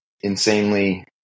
insanely